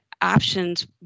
options